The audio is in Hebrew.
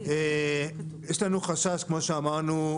יש לנו חשש, כמו שאמרנו,